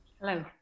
Hello